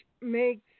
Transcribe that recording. makes